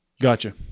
Gotcha